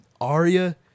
Arya